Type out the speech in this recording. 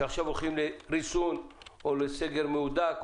שעכשיו הולכים לריסון או לסגר מהודק,